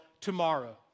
tomorrow